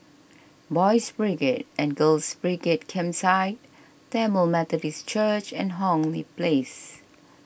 Boys' Brigade and Girls' Brigade Campsite Tamil Methodist Church and Hong Lee Place